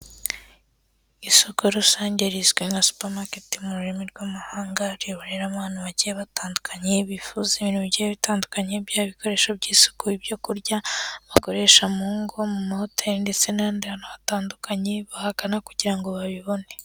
Isoko rusange rizwi nka supamaketi mu rurimi rw'amahanga, rihuriramo abantu bagiye batandukanye, bifuza ibintu bigiye bitandukanye byaba bikoresho by'isuku, ibyo kurya bakoresha mu ngo, mu mahoteri ndetse n'ahandi hantu hatandukanye, bahagana kugira ngo babibone.